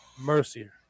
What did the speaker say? Mercier